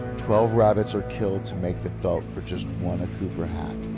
twelve rabbits are killed to make the felt for just one akubra hat.